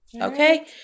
okay